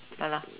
yeah lah